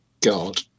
God